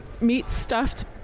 meat-stuffed